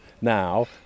now